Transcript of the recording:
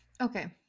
Okay